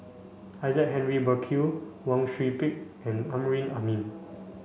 Isaac Henry Burkill Wang Sui Pick and Amrin Amin